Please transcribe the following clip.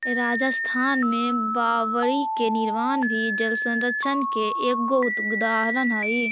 राजस्थान में बावडि के निर्माण भी जलसंरक्षण के एगो उदाहरण हई